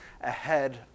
ahead